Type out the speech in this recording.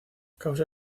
causa